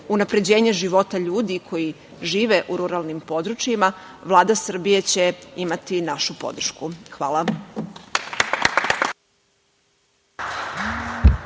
unapređenje života ljudi koji žive u ruralnim područjima Vlada Srbije će imati našu podršku. Hvala.